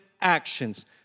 actions